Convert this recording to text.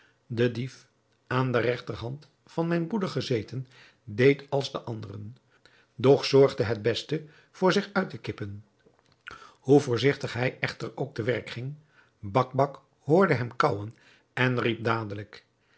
de dief aan de regterhand van mijn broeder gezeten deed als de anderen doch zorgde het beste voor zich uit te kippen hoe voorzigtig hij echter ook te werk ging bakbac hoorde hem kaauwen en riep dadelijk